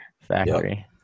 factory